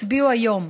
שתצביעו היום.